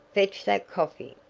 fetch that coffee.